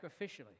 sacrificially